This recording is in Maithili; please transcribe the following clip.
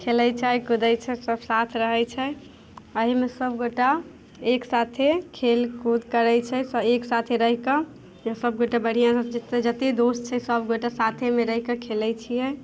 खेलै छै कुदै छै सब साथ रहै छै एहिमे सबगोटा एक साथे खेलकूद करै छै तऽ एकसाथे रहिकऽ सबगोटे बढ़िआँसँ जते दोस्त छै सबगोटे साथेमे रहिकऽ खेलै छिए